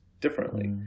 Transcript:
differently